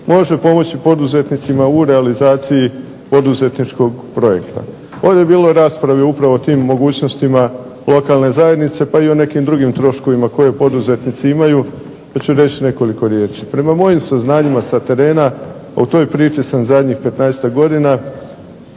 može pomoći poduzetnicima u realizaciji poduzetničkog projekta. Ovdje je bilo rasprave upravo o tim mogućnostima lokalne zajednice, pa i o nekim drugim troškovima koje poduzetnici imaju, pa ću reći nekoliko riječi. Prema mojim saznanjima sa terena u toj priči sam zadnjih petnaestak